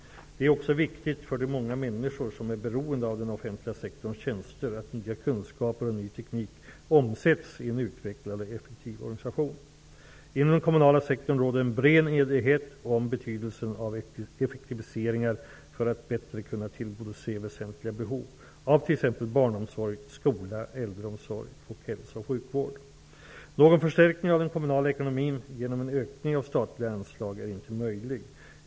Det är också viktigt för de många människor som är beroende av den offentliga sektorns tjänster att nya kunskaper och ny teknik omsätts i en utvecklad och effektiv organisation. Inom den kommunala sektorn råder en bred enighet om betydelsen av effektiviseringar för att bättre kunna tillgodose väsentliga behov av t.ex. barnomsorg, skola, äldreomsorg och hälsooch sjukvård. Någon förstärkning av den kommunala ekonomin genom en ökning av statliga anslag är inte möjlig.